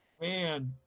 man